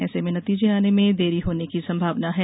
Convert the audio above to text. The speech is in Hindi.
ऐसे में नतीजे आने में देरी होने की संभावना है